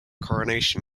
coronation